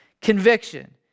conviction